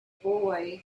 boy